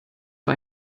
war